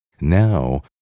now